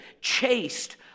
chaste